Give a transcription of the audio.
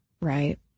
right